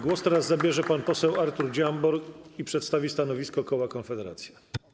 Głos zabierze pan poseł Artur Dziambor i przedstawi stanowisko koła Konfederacja.